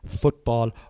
football